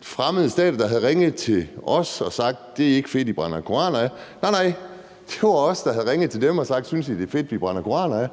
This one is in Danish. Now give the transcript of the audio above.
fremmede stater, der har ringet til os og har sagt, at et ikke er fedt, at vi brænder koraner af. Nej, nej, det er os, der har ringet til dem og sagt: Synes I, det er fedt, at vi brænder koraner af?